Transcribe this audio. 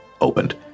opened